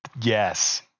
yes